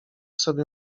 sobie